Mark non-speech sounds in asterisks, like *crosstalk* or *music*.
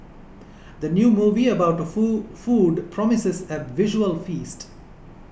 the new movie about *unintelligible* food promises a visual feast